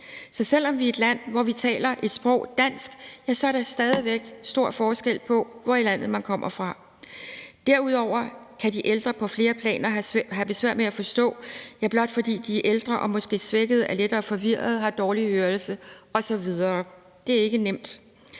Selv om vi er et land, hvor vi taler ét sprog – dansk – er der stadig væk stor forskel på, hvordan vi taler det dér i landet, hvor vi kommer fra. Derudover kan de ældre på flere planer have besvær med at forstå, simpelt hen fordi de er ældre og måske svækkede, er lettere forvirret, har dårlig hørelse osv. Det er ikke nemt.